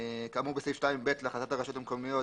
כאמור בסעיף 2ב להחלטת הרשויות המקומיות,